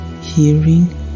hearing